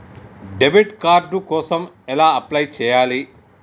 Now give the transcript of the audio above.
Debit card కోసం ఎలా apply చేయాలి?